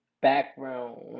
background